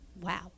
wow